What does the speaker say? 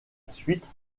suite